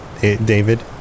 David